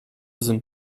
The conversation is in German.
sind